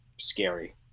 Scary